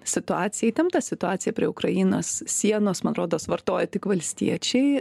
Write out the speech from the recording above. situacija įtempta situacija prie ukrainos sienos man rodos vartoja tik valstiečiai